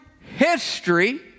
history